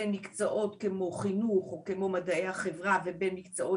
במקצועות כמו חינוך או כמו מדעי החברה ובמקצועות